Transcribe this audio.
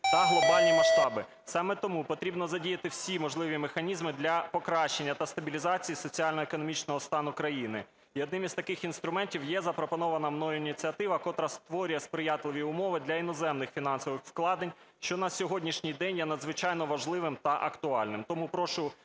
та глобальні масштаби. Саме тому потрібно задіяти всі можливі механізми для покращення та стабілізації соціально-економічного стану країни. І одним із таких інструментів є запропонована мною ініціатива, котра створює сприятливі умови для іноземних фінансових вкладень, що на сьогоднішній день є надзвичайно важливим та актуальним.